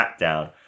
Smackdown